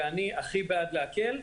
ואני הכי בעד להקל,